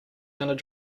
going